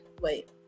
Wait